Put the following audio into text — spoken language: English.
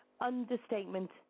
Understatement